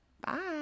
Bye